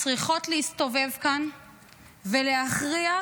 צריכות להסתובב כאן ולהכריח,